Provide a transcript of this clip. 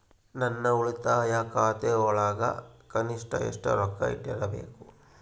ನನ್ನ ಉಳಿತಾಯ ಖಾತೆಯೊಳಗ ಕನಿಷ್ಟ ಎಷ್ಟು ರೊಕ್ಕ ಇಟ್ಟಿರಬೇಕು?